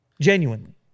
Genuinely